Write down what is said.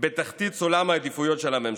בתחתית סולם העדיפויות של הממשלה.